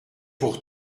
pour